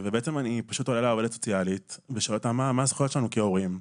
פניתי לעובדת הסוציאלית ושאלתי אותה מה הזכויות שלנו כהורים.